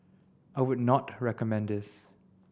I would not recommend this